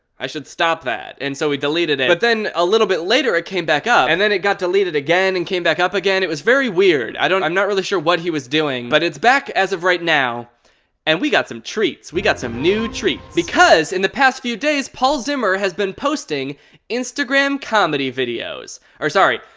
i should stop that. and so he deleted it, but then a little bit later it came back up and then it got deleted again and came back up again, it was very weird. i don't, i'm not really sure what he was doing. but it's back as of right now and we got some treats, we got some new treats. because in the past few days paul zimmer has been posting instagram comedy videos. or sorry,